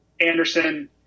anderson